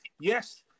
Yes